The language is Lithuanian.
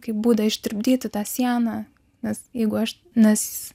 kaip būdą ištirpdyti tą sieną nes jeigu aš nes